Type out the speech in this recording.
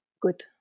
good